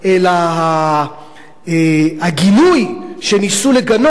אלא הגינוי שניסו לגנות